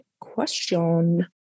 question